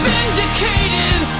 Vindicated